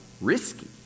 risky